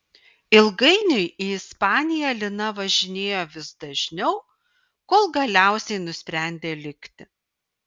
ilgainiui į ispaniją lina važinėjo vis dažniau kol galiausiai nusprendė likti